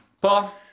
Paul